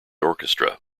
orchestra